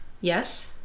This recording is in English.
yes